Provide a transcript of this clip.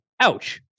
Ouch